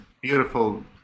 beautiful